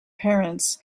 parents